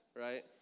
right